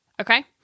okay